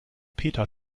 peter